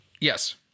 yes